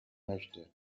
möchte